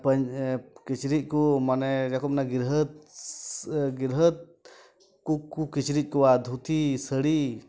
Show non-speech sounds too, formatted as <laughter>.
<unintelligible> ᱠᱤᱪᱨᱤᱜ ᱠᱚ ᱢᱟᱱᱮ ᱨᱮᱠᱚᱢᱮᱱᱟ ᱜᱤᱨᱦᱟᱹᱛ ᱥᱮ ᱜᱤᱨᱦᱟᱹᱛ ᱠᱩᱠ ᱠᱩ ᱠᱤᱪᱨᱤᱜ ᱠᱚ ᱫᱷᱩᱴᱤ ᱥᱟᱹᱲᱤ